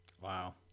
Wow